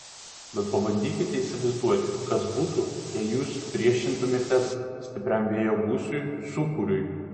bet pabandykite įsivaizduoti kas būtų jei jūs priešintumėtės stipriam vėjo gūsiui sūkuriui